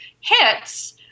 hits